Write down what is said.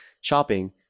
shopping